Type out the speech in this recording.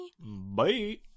Bye